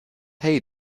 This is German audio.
hey